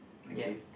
okay